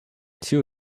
too